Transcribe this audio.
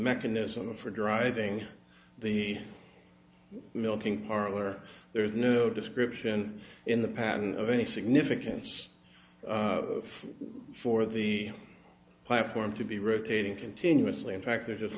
mechanism for driving the milking parlor there is no description in the patent of any significance for the platform to be rotating continuously in fact